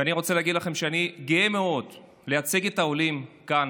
ואני רוצה להגיד לכם שאני גאה מאוד לייצג את העולים כאן,